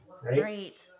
Great